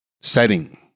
setting